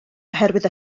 oherwydd